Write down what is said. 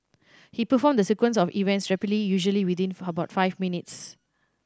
he performed the sequence of events rapidly usually within about five minutes